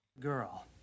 girl